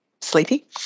sleepy